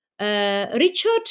Richard